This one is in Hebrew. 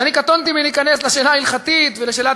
אז אני קטונתי מלהיכנס לשאלה ההלכתית ולשאלת